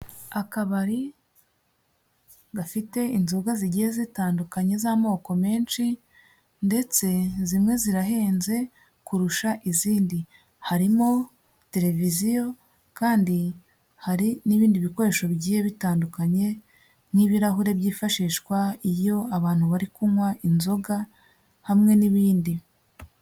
Akabari gafite inzoga zigiye zitandukanye z'amoko menshi ndetse zimwe zirahenze kurusha izindi, harimo televiziyo kandi hari n'ibindi bikoresho bigiye bitandukanye nk'ibirahure byifashishwa iyo abantu bari kunywa inzoga hamwe n'ibindi.